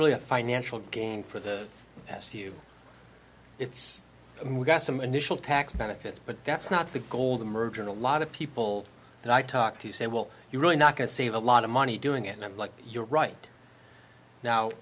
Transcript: really a financial gain for the past few it's we've got some initial tax benefits but that's not the goal the merge and a lot of people that i talk to say well you're really not going to save a lot of money doing it not like you're right now